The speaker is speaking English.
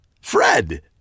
Fred